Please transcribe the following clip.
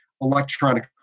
electronic